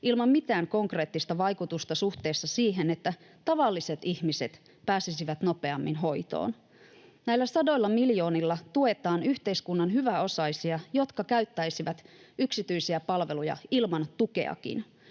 ilman mitään konkreettista vaikutusta suhteessa siihen, että tavalliset ihmiset pääsisivät nopeammin hoitoon. Näillä sadoilla miljoonilla tuetaan yhteiskunnan hyväosaisia, jotka käyttäisivät yksityisiä palveluja ilman tukeakin.